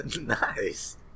Nice